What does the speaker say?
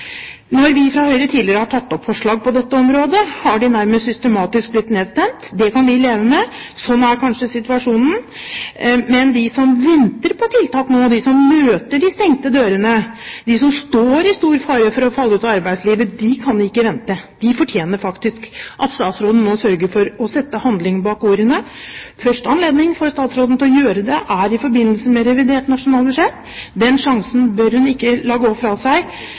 Når vi fra Høyre tidligere har tatt opp forslag på dette området, har de nærmest systematisk blitt nedstemt. Det kan vi leve med, sånn er kanskje situasjonen. Men de som venter på tiltak nå, og de som møter de stengte dørene, de som står i stor fare for å falle ut av arbeidslivet, de kan ikke vente. De fortjener faktisk at statsråden nå sørger for å sette handling bak ordene. Første anledning for statsråden til å gjøre det er i forbindelse med revidert nasjonalbudsjett. Den sjansen bør hun ikke la gå fra seg,